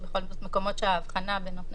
יש בכל זאת מקומות שבהם האבחנה בין נותני